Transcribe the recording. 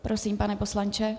Prosím, pane poslanče.